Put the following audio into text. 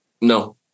no